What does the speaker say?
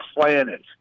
planet